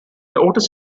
otis